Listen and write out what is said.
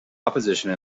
opposition